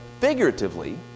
figuratively